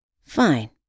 Fine